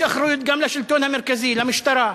יש אחריות גם לשלטון המרכזי, למשטרה.